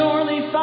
Surely